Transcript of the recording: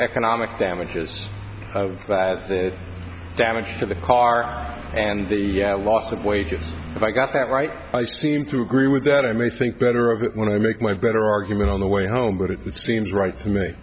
economic damages that the damage to the car and the loss of wages i got that right i seem to agree with that i may think better of it when i make my better argument on the way home but it seems right to